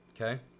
Okay